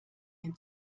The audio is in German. den